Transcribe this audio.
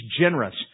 generous